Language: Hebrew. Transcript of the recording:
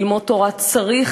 ללמוד תורה צריך,